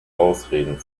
ausreden